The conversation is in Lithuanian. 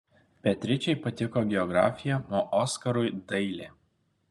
beatričei patiko geografija o oskarui dailė